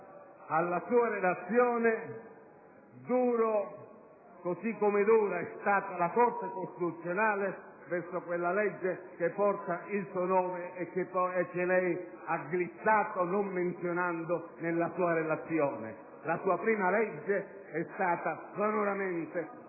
alla sua Relazione, un giudizio duro come dura è stata la Corte costituzionale verso quella legge che porta il suo nome e sulla quale lei ha glissato, non menzionandola nella sua Relazione. La sua prima legge è stata sonoramente